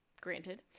granted